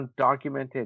undocumented